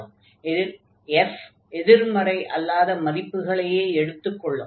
இதில் f எதிர்மறை அல்லாத மதிப்புகளையே எடுத்துக் கொள்ளும்